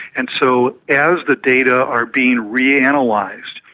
and so as the data are being reanalysed,